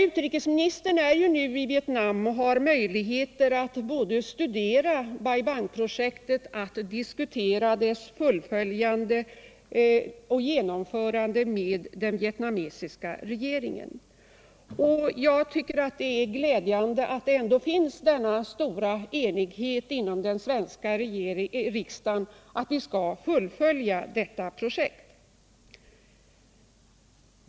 Utrikesministern är ju nu i Vietnam och har möjligheter att studera Bai Bang-projektet och diskutera dess genomförande med den vietnamesiska regeringen. Jag tycker det är glädjande att det ändå finns denna stora enighet inom den svenska riksdagen om att vi skall fullfölja detta projekt.